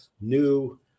new